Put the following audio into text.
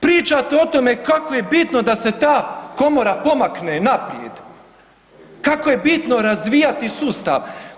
Pričate o tome kako je bitno da se ta komora pomakne naprijed, kako je bitno razvijati sustav.